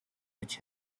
which